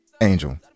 Angel